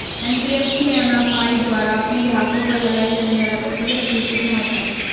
NBFC MFI द्वारा अपने ग्राहकों पर लगाए जाने वाला प्रक्रिया शुल्क कितना होता है?